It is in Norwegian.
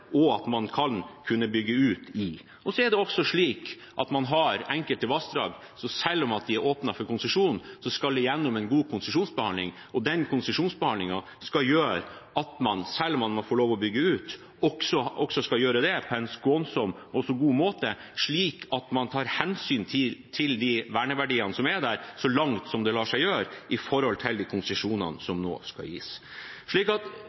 for at man kan bygge ut. Det er også slik at man har enkelte vassdrag som selv om det er åpnet for konsesjon, skal igjennom en god konsesjonsbehandling. Konsesjonsbehandlingen skal gjøre at man, selv om man må få lov til å bygge ut, skal gjøre det på en så skånsom og god måte at man tar hensyn til de verneverdiene som er der – så langt det lar seg gjøre i forhold til de konsesjonene som skal gis. For oss er det heller ikke slik at